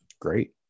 Great